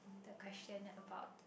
the question about